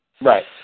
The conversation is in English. right